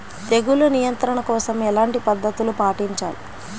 తెగులు నియంత్రణ కోసం ఎలాంటి పద్ధతులు పాటించాలి?